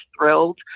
thrilled